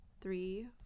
three